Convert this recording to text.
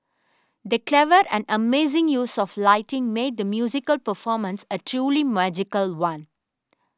the clever and amazing use of lighting made the musical performance a truly magical one